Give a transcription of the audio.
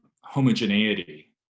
homogeneity